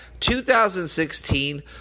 2016